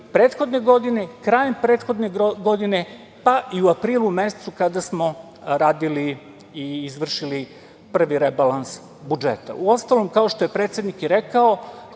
prethodne godine, krajem prethodne godine, pa i u aprilu mesecu kada smo radili i izvršili prvi rebalans budžeta. Uostalom, kao što je predsednik i rekao,